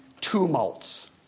tumults